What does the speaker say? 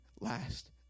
last